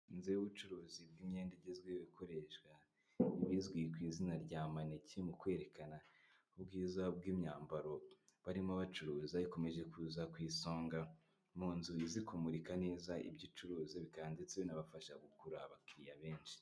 Inzu y'ubucuruzi bw'imyenda igezweho ikoreshwa izwi ku izina rya maneki mu kwerekana ubwiza bw'imyambaro barimo bacuruza, ikomeje kuza ku isonga. Mu nzu izi kumurika neza ibyo icuruza bikaba ndetse binabafasha kugura abakiriya benshi.